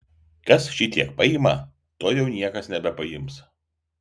kas šitiek paima to jau niekas nebepaims